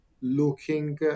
looking